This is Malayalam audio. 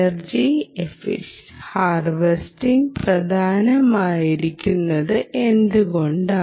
എനർജി ഹാർവെസ്റ്റിംഗ് പ്രധാനമായിരിക്കുന്നത് എന്തുകൊണ്ട്